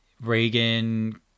Reagan